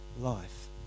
life